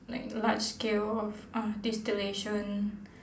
like large scale of uh distillation